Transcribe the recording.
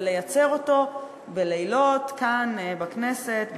ולייצר אותו בלילות כאן בכנסת,